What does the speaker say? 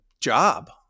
job